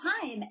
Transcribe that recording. time